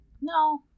No